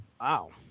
wow